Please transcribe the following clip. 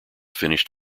finished